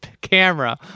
camera